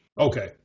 Okay